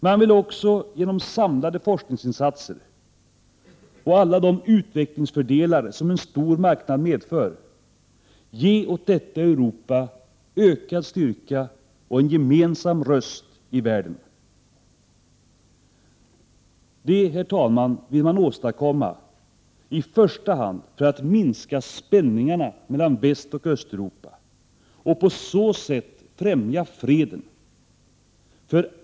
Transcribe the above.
Man vill också, genom samlade forskningsinsatser och alla de utvecklingsfördelar som en stor marknad medför, ge åt detta Europa ökad styrka och en gemensam röst i världen. Det vill man åstadkomma, i första hand genom att minska spänningarna mellan Västoch Östeuropa och på så sätt främja freden.